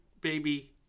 baby